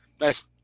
Nice